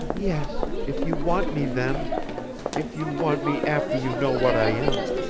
yes, if you want me then if you want me after you know what i am.